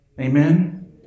Amen